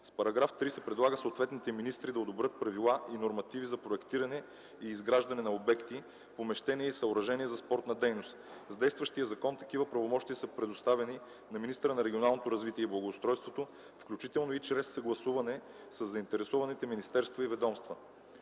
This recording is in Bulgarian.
В § 3 се предлага съответните министри да одобрят правила и нормативи за проектиране и изграждане на обекти, помещения и съоръжения за спортна дейност. С действащия закон такива правомощия са предоставени на министъра на регионалното развитие и благоустройството, включително и чрез съгласуване със заинтересованите министерства и ведомства.